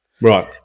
Right